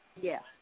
Yes